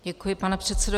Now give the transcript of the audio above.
Děkuji, pane předsedo.